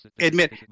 admit